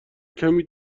کمی